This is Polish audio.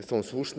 są słuszne.